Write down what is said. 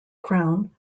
crown